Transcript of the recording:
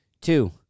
two